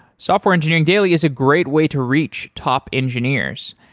software engineering daily is a great way to reach top engineers.